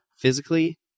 physically